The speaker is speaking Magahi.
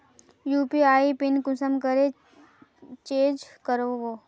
यु.पी.आई पिन कुंसम करे चेंज करबो?